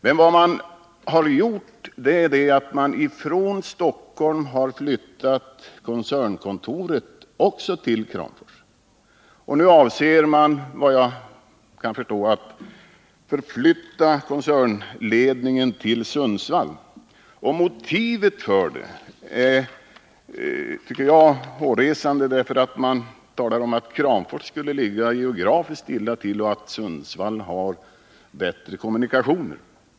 Men vad som har skett är att man från Stockholm har flyttat också koncernkontoret till Kramfors. Nu avser man, vad jag kan förstå, att förflytta koncernledningen till Sundsvall. Motivet för det är hårresande — man talar om att Kramfors skulle ligga geografiskt illa till och att Sundsvall har bättre kommunikationer.